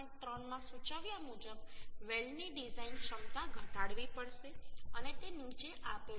3 માં સૂચવ્યા મુજબ વેલ્ડની ડિઝાઇન ક્ષમતા ઘટાડવી પડશે અને તે નીચે આપેલ છે